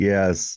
Yes